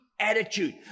attitude